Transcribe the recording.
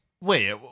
Wait